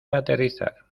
aterrizar